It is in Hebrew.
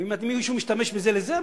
אם מישהו ישתמש בזה לזה,